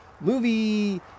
movie